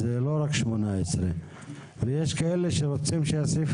אז זה לא רק 18. יש גם כאלה שרוצים שהסעיף